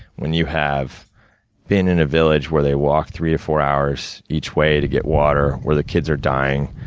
when you have been in a village where they walk three to four hours each way to get water, where the kids are dying,